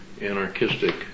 anarchistic